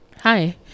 Hi